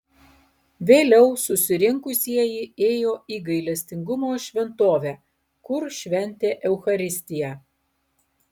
vėliau susirinkusieji ėjo į gailestingumo šventovę kur šventė eucharistiją